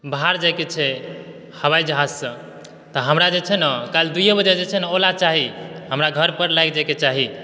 बाहर जाइ के छै हवाई जहाज़ से तऽ हमरा जे छै ने काल्हि दूइए बजे ओला चाही हमरा घर पए लागि जाय के चाही